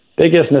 biggest